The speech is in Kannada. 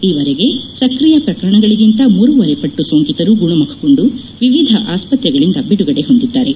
ಈವರೆಗೆ ಸಕ್ರಿಯ ಪ್ರಕರಣಗಳಿಗಿಂತ ಮೂರುವರೆ ಪಟ್ಟು ಸೋಂಕಿತರು ಗುಣಮುಖಗೊಂಡು ವಿವಿಧ ಆಸ್ಪತ್ರೆಗಳಿಂದ ಬಿಡುಗಡೆ ಹೊಂದಿದ್ದಾರೆ